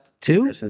two